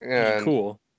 cool